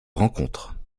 rencontrent